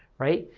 right?